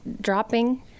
dropping